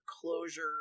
closure